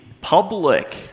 public